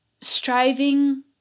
striving